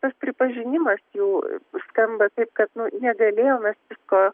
tas pripažinimas jų skamba taip kad nu negalėjom mes visko